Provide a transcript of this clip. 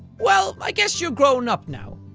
well, i guess you're grown up now.